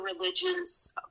religions